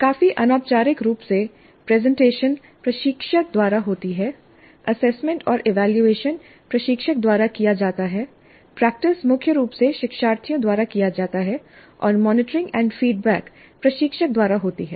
काफी अनौपचारिक रूप से प्रेजेंटेशन प्रशिक्षक द्वारा होती है असेसमेंट और इवैल्यूएशन प्रशिक्षक द्वारा किया जाता है प्रैक्टिस मुख्य रूप से शिक्षार्थियों द्वारा किया जाता है और मॉनिटरिंग और फीडबैक प्रशिक्षक द्वारा होती है